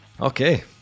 Okay